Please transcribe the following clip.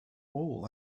all